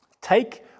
take